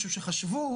משום שחשבו